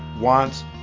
wants